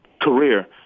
career